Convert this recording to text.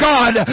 God